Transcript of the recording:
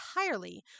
entirely